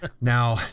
Now